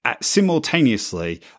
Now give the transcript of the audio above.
simultaneously